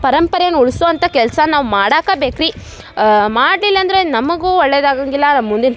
ಪರಂಪರೆನ ಉಳ್ಸುವಂಥ ಕೆಲಸ ನಾವು ಮಾಡಕ್ಕೇ ಬೇಕು ರೀ ಮಾಡ್ಲಿಲ್ಲ ಅಂದರೆ ನಮಗೂ ಒಳ್ಳೇದು ಆಗೋಂಗಿಲ್ಲ ನಮ್ಮ ಮುಂದಿನ